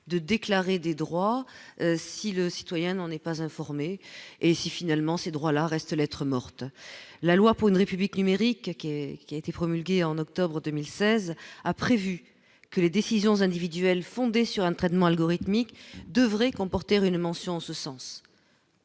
de déclarer des droits si le citoyen n'en est pas informé et si finalement ces droits-là restent lettre morte, la loi pour une République numérique qui est qui a été promulguée en octobre 2016 a prévu que les décisions individuelles fondées sur un traitement algorithmique devrait comporter une mention en ce sens.